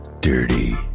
dirty